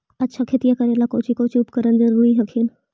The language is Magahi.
अच्छा खेतिया करे ला कौची कौची उपकरण जरूरी हखिन?